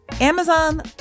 Amazon